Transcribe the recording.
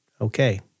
okay